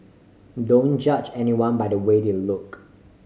don't judge anyone by the way they look